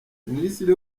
ministre